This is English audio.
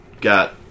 got